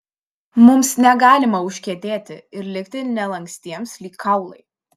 mums negalima užkietėti ir likti nelankstiems lyg kaulai